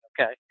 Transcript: Okay